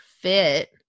fit